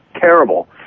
terrible